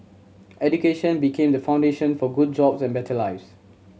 education became the foundation for good jobs and better lives